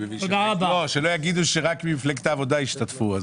שלא יגידו שרק ממפלגת העבודה השתתפו.